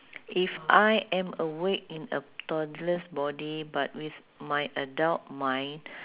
if I am awake in a toddler's body but with my adult mind